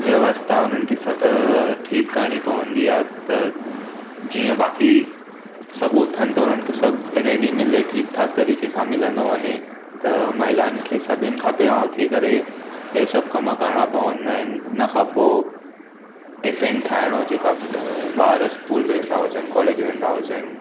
व्यवस्था उन्हनि खे ठीकु करिणी पवंदी आहे त जीअं बाक़ी सभु उथनि त उन्हनि खे सभु रेडी मिले ठीकु ठाकु तरीक़े सां मिलंदो वञे त महिलाउनि खे सभिनि खां पहिरां उथी करे इहो सभु कमु करिणा पवंदा आहिनि हुन खां पो टिफ़िन ठाहिणो जेका ॿार इस्कूल वेंदा हुजनि कॉलेज वेंदा हुजनि